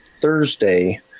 Thursday